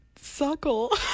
suckle